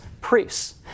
priests